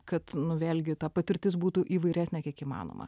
kad nu vėl gi ta patirtis būtų įvairesnė kiek įmanoma